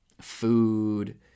food